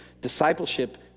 Discipleship